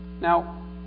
Now